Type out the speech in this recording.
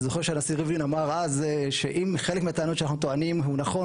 אני זוכר שהנשיא ריבלין אמר אז שאם חלק מהטענות שאנחנו טוענים הוא נכון,